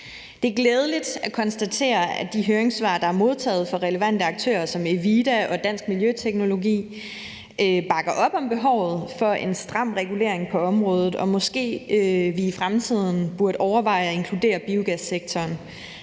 Det er glædeligt at konstatere, at de høringssvar, der er modtaget fra relevante aktører som Evida og Dansk Miljøteknologiteknologi, bakker op om behovet for en stram regulering på området. Måske burde vi i fremtiden overveje at inkludere biogassektoren